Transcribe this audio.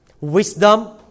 wisdom